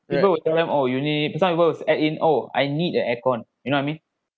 people will tell them oh you need that's how it goes and in oh I need a aircon you know I mean